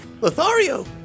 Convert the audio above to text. Lothario